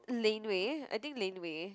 laneway I think laneway